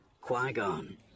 Qui-Gon